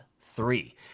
three